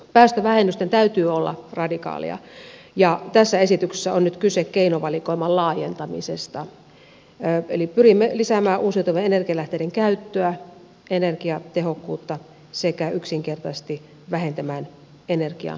päästövähennysten täytyy olla radikaaleja ja tässä esityksessä on nyt kyse keinovalikoiman laajentamisesta eli pyrimme lisäämään uusiutuvien energialähteiden käyttöä energiatehokkuutta sekä yksinkertaisesti vähentämään energian kulutusta